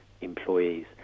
employees